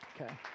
Okay